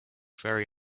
very